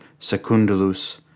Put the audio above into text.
Secundulus